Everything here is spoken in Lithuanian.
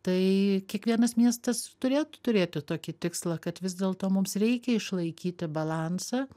tai kiekvienas miestas turėtų turėti tokį tikslą kad vis dėlto mums reikia išlaikyti balansą